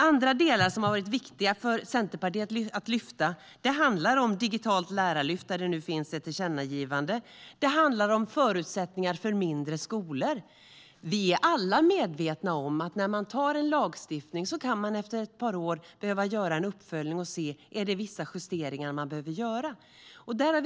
Andra delar som har varit viktiga för Centerpartiet att lyfta upp handlar om digitalt lärarlyft, där det nu finns ett tillkännagivande, och om förutsättningar för mindre skolor. Vi är alla medvetna om att när man antar en lagstiftning kan man efter ett par år behöva göra en uppföljning och se om man behöver göra vissa justeringar.